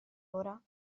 ora